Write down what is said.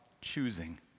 choosing